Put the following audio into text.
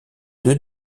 deux